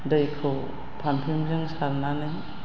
दैखौ पाम्पिंजों सारनानै